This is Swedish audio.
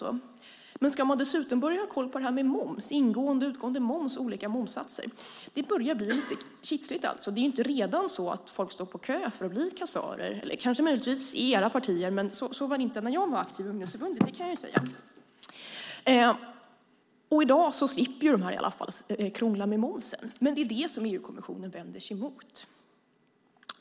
Om man dessutom ska ha koll på ingående och utgående moms och olika momssatser blir det knepigt. Det är ju inte så att folk står på kö för att få bli kassörer - det kanske det är i era partier, men så var det inte när jag var aktiv i ungdomsförbundet. I dag slipper de i alla fall krångla med moms. Det är det som EU-kommissionen vänder sig mot.